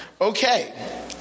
Okay